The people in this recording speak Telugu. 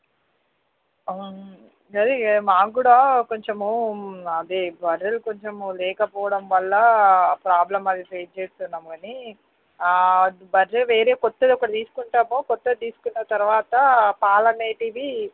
సరే మాకు కూడా కొంచెం అదే బర్రెలు కొంచెం లేకపోవడం వల్ల ప్రాబ్లమ్ అవి ఫేస్ చేస్తున్నాం కాని బర్రె వేరే కొత్తది ఒకటి తీసుకుంటాము కొత్తవి తీసుకున్న తరువాత పాలు అనేటివి